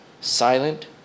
silent